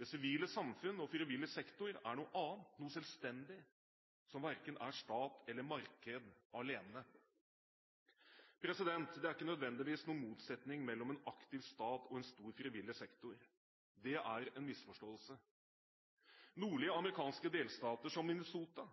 Det sivile samfunn og frivillig sektor er noe annet, noe selvstendig, som verken er stat eller marked alene. Det er ikke nødvendigvis noen motsetning mellom en aktiv stat og en stor frivillig sektor. Det er en misforståelse. Nordlige amerikanske delstater, som Minnesota,